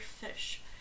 fish